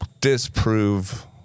disprove